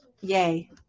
yay